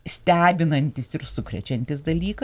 stebinantis ir sukrečiantis dalykas